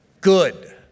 good